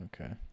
Okay